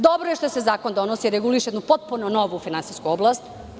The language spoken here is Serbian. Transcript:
Dobro je što se zakon donosi jer reguliše jednu potpuno novu finansijsku oblast.